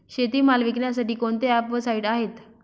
शेतीमाल विकण्यासाठी कोणते ॲप व साईट आहेत?